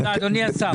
אדוני השר.